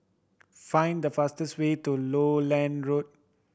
find the fastest way to Lowland Road